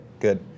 Good